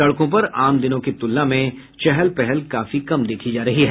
सड़कों पर आम दिनों की तुलना में चहल पहल काफी कम देखी जा रही है